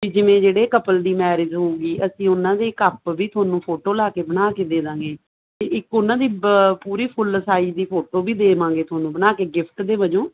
ਜਿਵੇਂ ਜਿਹੜੇ ਕਪਲ ਦੀ ਮੈਰਿਜ ਹੋਊਗੀ ਅਸੀਂ ਉਹਨਾਂ ਦੇ ਕਪਲ ਵੀ ਤੁਹਾਨੂੰ ਫੋਟੋ ਲਾ ਕੇ ਬਣਾ ਕੇ ਦੇ ਦਾਂਗੇ ਇੱਕ ਉਹਨਾਂ ਦੀ ਪੂਰੀ ਫੁੱਲ ਸਾਈਜ ਦੀ ਫੋਟੋ ਵੀ ਦੇਵਾਂਗੇ ਤੁਹਾਨੂੰ ਬਣਾ ਕੇ ਗਿਫਟ ਦੇ ਵਜੋਂ